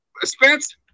Spence